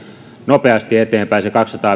nopeasti eteenpäin